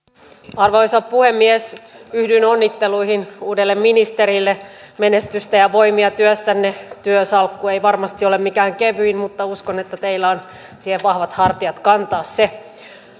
arvoisa puhemies yhdyn onnitteluihin uudelle ministerille menestystä ja voimia työssänne työsalkku ei varmasti ole mikään kevyin mutta uskon että teillä on vahvat hartiat kantaa se